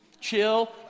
Chill